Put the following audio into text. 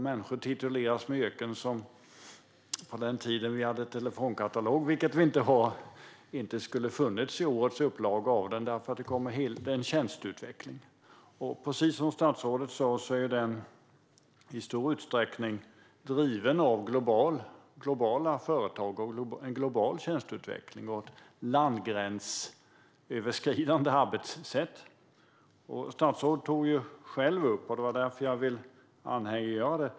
Människor tituleras med yrken som, på den tiden vi hade telefonkatalog, vilket vi inte har nu, inte skulle funnits i årets upplaga, för det sker en tjänsteutveckling. Precis som statsrådet sa drivs denna bransch av globala företag, en global tjänsteutveckling och landöverskridande arbetssätt. Statsrådet tog själv upp det, och det var därför jag ville ta upp det.